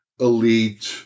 elite